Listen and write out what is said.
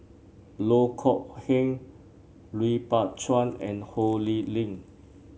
Loh Kok Heng Lui Pao Chuen and Ho Lee Ling